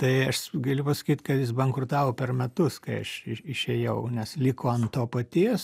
tai aš galiu pasakyt kad jis bankrutavo per metus kai aš išėjau nes liko ant to paties